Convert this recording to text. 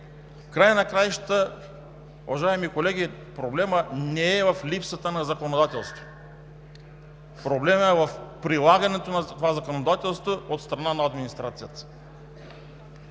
края на краищата, уважаеми колеги, проблемът не е в липсата на законодателство. Проблемът е в прилагането на това законодателство от страна на администрацията.